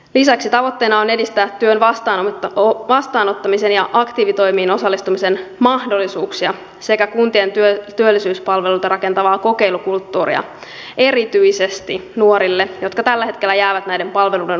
lisäksi tavoitteena on edistää työn vastaanottamisen ja aktiivitoimiin osallistumisen mahdollisuuksia sekä kuntien työllisyyspalveluita rakentavaa kokeilukulttuuria erityisesti nuorille jotka tällä hetkellä jäävät näiden palveluiden ulkopuolelle